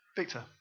Victor